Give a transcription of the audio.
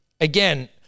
again